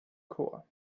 chor